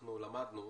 שלום לכולם,